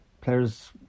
players